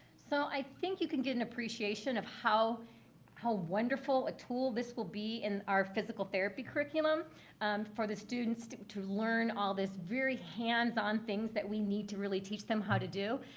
so i think you can get an appreciation of how how wonderful a tool this will be in our physical therapy curriculum for the students to learn all this very hands-on things that we need to really teach them how to do.